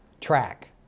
track